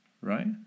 right